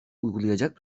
uygulayacak